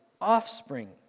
offspring